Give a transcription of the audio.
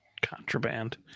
Contraband